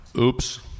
Oops